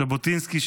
ז'בוטינסקי,